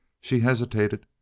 she hesitated,